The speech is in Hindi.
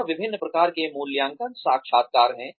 और विभिन्न प्रकार के मूल्यांकन साक्षात्कार हैं